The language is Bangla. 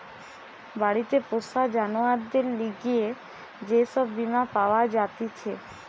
বাড়িতে পোষা জানোয়ারদের লিগে যে সব বীমা পাওয়া জাতিছে